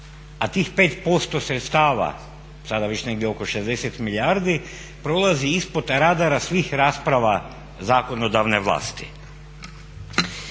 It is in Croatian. a tih 5% sredstava, sad već negdje oko 60 milijardi prolazi ispod radara svih rasprava zakonodavne vlasti.